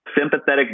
sympathetic